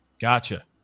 Gotcha